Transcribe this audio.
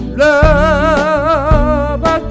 love